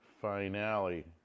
finale